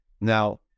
now